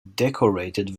decorated